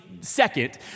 second